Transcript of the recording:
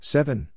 Seven